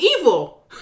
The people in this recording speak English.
evil